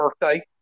birthday